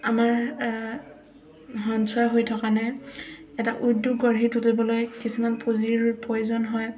আমাৰ সঞ্চয় হৈ থকা নাই এটা উদ্যোগ গঢ়ি তুলিবলৈ কিছুমান পুঁজিৰ প্ৰয়োজন হয়